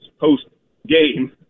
post-game